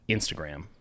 Instagram